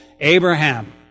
Abraham